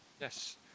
yes